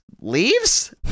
leaves